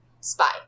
spy